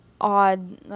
odd